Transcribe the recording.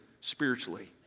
spiritually